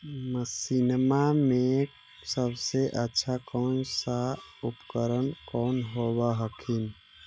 मसिनमा मे सबसे अच्छा कौन सा उपकरण कौन होब हखिन?